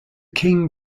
king